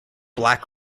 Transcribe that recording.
black